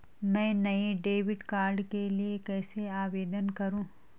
मैं नए debit card के लिए कैसे आवेदन करूं?